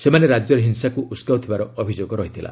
ସେମାନେ ରାଜ୍ୟରେ ହିଂସାକୁ ଉସକାଉଥିବାର ଅଭିଯୋଗ ରହିଛି